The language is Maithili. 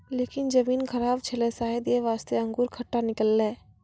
लेकिन जमीन खराब छेलै शायद यै वास्तॅ अंगूर खट्टा निकललै